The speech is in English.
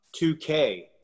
2K